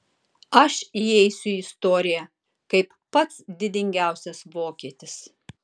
aš įeisiu į istoriją kaip pats didingiausias vokietis